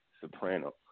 soprano